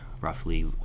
roughly